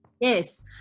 Yes